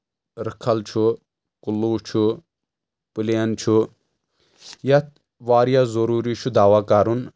رکھل چھُ کُلو چھُ پٕلین چھُ یتھ واریاہ ضروٗری چھُ دوا کرُن